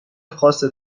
خاص